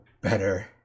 better